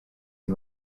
and